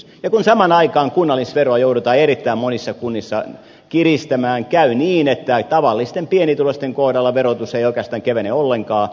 ja kun samaan aikaan kunnallisveroa joudutaan erittäin monissa kunnissa kiristämään käy niin että tavallisten pienituloisten kohdalla verotus ei oikeastaan kevene ollenkaan